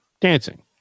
dancing